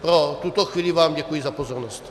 Pro tuto chvíli vám děkuji za pozornost.